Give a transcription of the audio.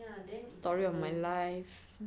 story of my life